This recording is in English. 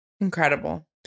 incredible